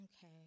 Okay